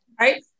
Right